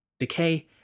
decay